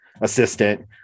assistant